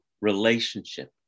relationship